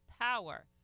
power